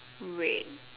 red